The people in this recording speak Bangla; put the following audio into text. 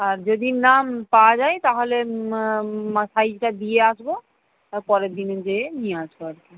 আর যদি না পাওয়া যায় তাহলে সাইজটা দিয়ে আসবো আর পরের দিনে যেয়ে নিয়ে আসবো আর কি